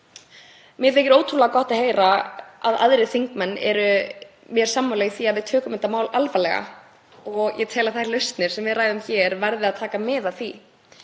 Mér þykir ótrúlega gott að heyra að aðrir þingmenn séu mér sammála í því að við tökum þetta mál alvarlega. Ég tel að þær lausnir sem við ræðum hér verði að taka mið af því,